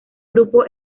grupo